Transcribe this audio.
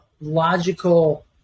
logical